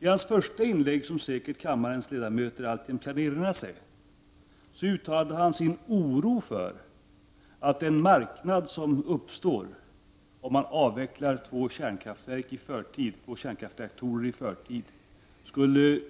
I hans första inlägg, som kammarens ledamöter säkert alltjämt kan erinra sig, uttalade han sin oro för att den marknad som uppstår då man avvecklat två kärnkraftsreaktorer i förtid skulle